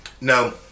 No